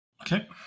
Okay